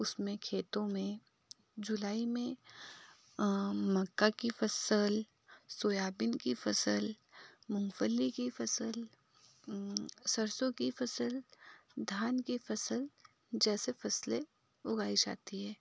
उसमें खेतों में जुलाई में मक्का की फसल सोयाबीन की फसल मूँगफली की फसल सरसों की फसल धान की फसल जैसे फसलें उगाई जाती हैं